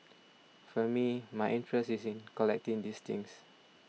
for me my interest is in collecting these things